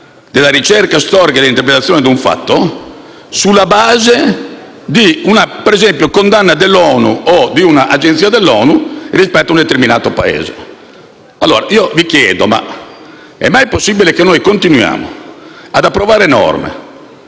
della ricerca storica e dell'interpretazione di un fatto, sulla base di una condanna, per esempio, dell'ONU o di un'agenzia dell'ONU rispetto a un determinato Paese. Vi chiedo allora se sia mai possibile che continuiamo ad approvare norme